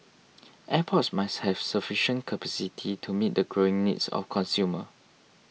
airports must have sufficient capacity to meet the growing needs of consumer